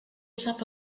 sap